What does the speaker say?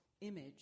image